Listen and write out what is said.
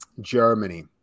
Germany